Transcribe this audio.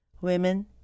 Women